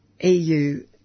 EU